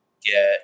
Get